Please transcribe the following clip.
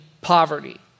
poverty